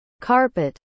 carpet